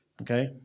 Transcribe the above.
okay